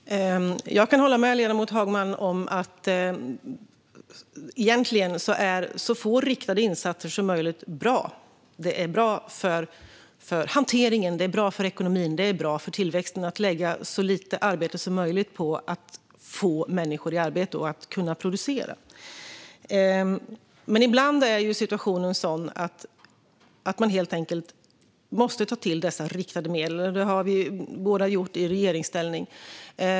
Herr talman! Jag kan hålla med ledamoten Hagman om att det egentligen är bra med så få riktade insatser som möjligt. Det är bra för hanteringen, det är bra för ekonomin och det är bra för tillväxten att lägga så lite arbete som möjligt på att få människor i arbete och att kunna producera. Men ibland är situationen sådan att man helt enkelt måste ta till dessa riktade medel, och det har vi ju båda gjort i regeringsställning.